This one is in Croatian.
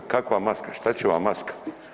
Kakva maska, šta će vam maska.